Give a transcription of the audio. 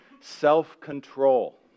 self-control